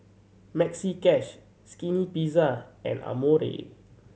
Maxi Cash Skinny Pizza and Amore